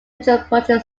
metropolitan